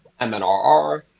MNRR